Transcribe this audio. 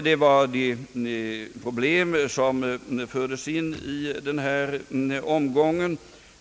Det var de problem som fördes in i debatten i den här omgången.